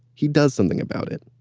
he does something about it.